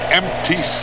empty